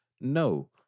No